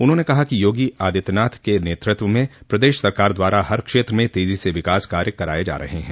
उन्होंने कहा कि योगी आदित्यनाथ के नेतृत्व में प्रदेश सरकार द्वारा हर क्षेत्र में तेजी से विकास कार्य कराये जा रहे है